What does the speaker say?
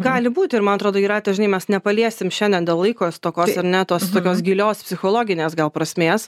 gali būti ir man atrodo jūrate žinai mes nepaliesim šiandien dėl laiko stokos ar ne tos tokios gilios psichologinės gal prasmės